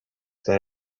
that